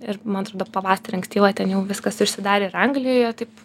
ir man atrodo ar pavasarį ankstyvą ten jau viskas užsidarė ir anglijoje taip